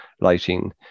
lighting